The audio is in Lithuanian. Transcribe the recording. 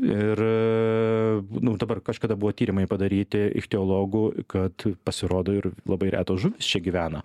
ir nu dabar kažkada buvo tyrimai padaryti iš teologų kad pasirodo ir labai retos žuvys čia gyvena